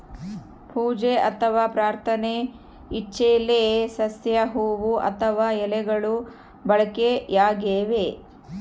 ಪೂಜೆ ಅಥವಾ ಪ್ರಾರ್ಥನೆ ಇಚ್ಚೆಲೆ ಸಸ್ಯ ಹೂವು ಅಥವಾ ಎಲೆಗಳು ಬಳಕೆಯಾಗಿವೆ